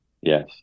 Yes